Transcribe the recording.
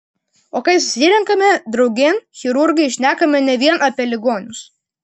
o kai susirenkame draugėn chirurgai šnekame ne vien apie ligonius